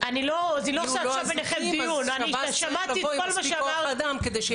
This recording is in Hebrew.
שירות בתי הסוהר צריך לבוא עם מספיק כוח אדם.